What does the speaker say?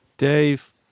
Dave